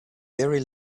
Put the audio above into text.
very